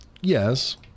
Yes